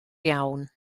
iawn